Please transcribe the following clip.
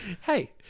Hey